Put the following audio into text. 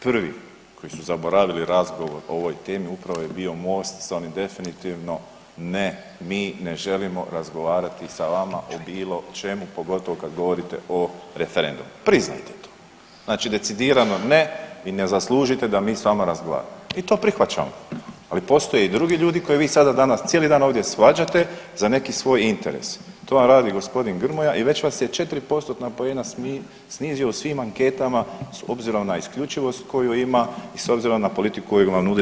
Prvi koji su zaboravili razgovor o ovoj temi upravo je bio Most sa onim definitivno ne mi ne želimo razgovarati sa vama o bilo čemu, pogotovo kad govorite o referendumu, priznajte to, znači decidirano ne i ne zaslužite da mi s vama razgovaramo i to prihvaćamo, ali postoje i drugi ljudi koje vi sada danas cijeli dan ovdje svađate za neki svoj interes, to vam radi g. Grmoja i već vas je 4 postotna poena snizio u svim anketama s obzirom na isključivost koju ima i s obzirom na politiku koju vam nudi